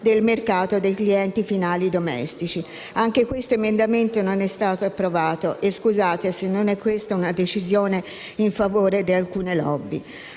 del mercato dei clienti finali domestici. Anche questo emendamento non è stato approvato. Ditemi voi se non è questa una decisione in favore di alcune *lobby*.